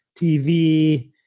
TV